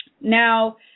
Now